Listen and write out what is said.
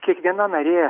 kiekviena narė